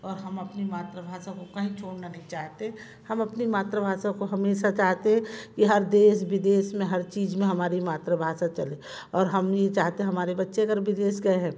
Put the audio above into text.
और हम अपनी मातृभाषा को कहीं छोड़ना नहीं चाहते हम अपनी मातृभाषा को हमेशा चाहते हैं कि हर देश विदेश में हर चीज़ में हमारी मातृभाषा चले और हम ये चाहते हैं हमारे बच्चे इधर विदेश गए हैं